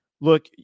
look